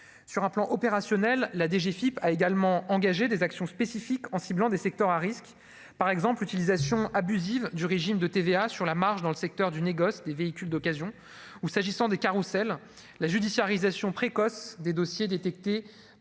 sur un plan opérationnel, la DGFIP a également engagé des actions spécifiques en ciblant des secteurs à risque par exemple l'utilisation abusive du régime de TVA sur la marge dans le secteur du négoce des véhicules d'occasion ou s'agissant des Roussel la judiciarisation précoce des dossiers détecté par l'administration